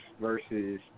versus